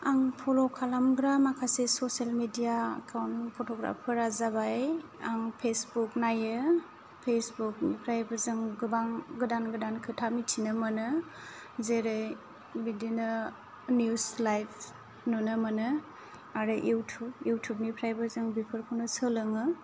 आं फल' खालामग्रा माखासे ससियेल मिडिया एकाउनट फट'ग्राफ फोरा जाबाय आं फेसबुक नायो फेसबुक निफ्रायबो जों गोबां गोदान गोदान खोथा मिथिनो मोनो जेरै बिदिनो निउस लाइभ नुनो मोनो आरो इउटुब निफ्रायबो जों गोबां बेफोरखौनो सोलोङो